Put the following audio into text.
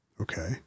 Okay